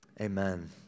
Amen